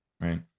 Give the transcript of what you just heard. right